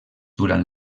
durant